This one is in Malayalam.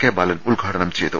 കെ ബാലൻ ഉദ്ഘാടനം ചെയ്തു